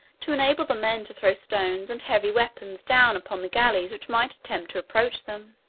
to enable the men to throw stones and heavy weapons down upon the galleys which might attempt to approach them.